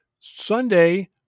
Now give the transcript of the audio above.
Sunday